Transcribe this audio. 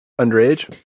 Underage